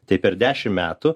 tai per dešim metų